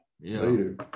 later